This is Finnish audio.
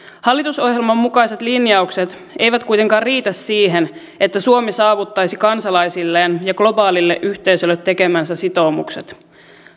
hallitusohjelman mukaiset linjaukset eivät kuitenkaan riitä siihen että suomi saavuttaisi kansalaisilleen ja globaalille yhteisölle tekemänsä sitoumukset